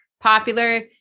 popular